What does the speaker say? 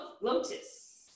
Lotus